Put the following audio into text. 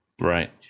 Right